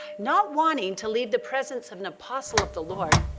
not wanting to leave the presence of an apostle of the lord,